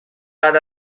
بعد